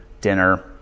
dinner